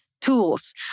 tools